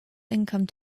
income